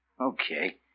Okay